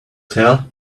tell